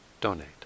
donate